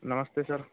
नमस्ते सर